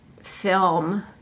film